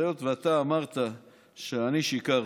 היות שאתה אמרת שאני שיקרתי,